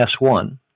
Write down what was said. S1